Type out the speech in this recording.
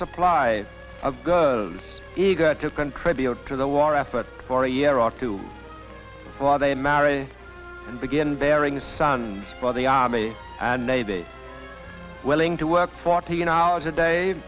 supply of girls eager to contribute to the war effort for a year or two while they marry and begin bearing a son by the army and navy willing to work fourteen hours a day